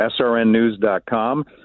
srnnews.com